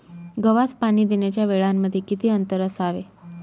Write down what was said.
गव्हास पाणी देण्याच्या वेळांमध्ये किती अंतर असावे?